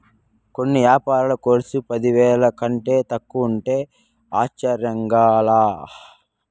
కొన్ని యాపారాల కర్సు పదివేల కంటే తక్కువంటే ఆశ్చర్యంగా లా